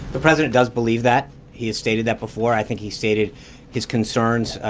the president does believe that. he has stated that before. i think he stated his concerns,